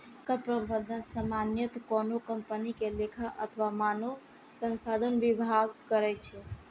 एकर प्रबंधन सामान्यतः कोनो कंपनी के लेखा अथवा मानव संसाधन विभाग करै छै